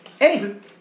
Anywho